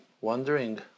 wondering